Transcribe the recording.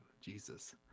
Jesus